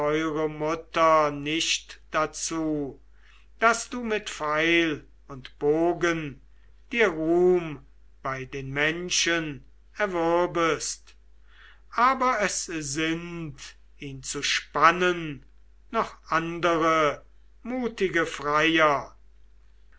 mutter nicht dazu daß du mit pfeil und bogen dir ruhm bei den menschen erwürbest aber es sind ihn zu spannen noch andere mutige freier